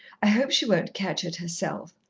i hope she won't catch it herself.